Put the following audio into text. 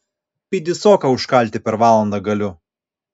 pidisoką užkalti per valandą galiu